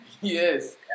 Yes